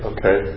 Okay